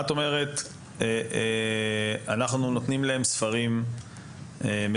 את אומרת שאנחנו נותנים להם ספרים מצונזרים.